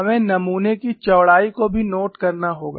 हमें नमूने की चौड़ाई को भी नोट करना होगा